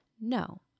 No